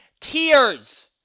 tears